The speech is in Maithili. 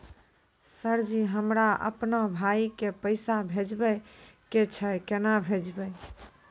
सर जी हमरा अपनो भाई के पैसा भेजबे के छै, केना भेजबे?